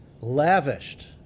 Lavished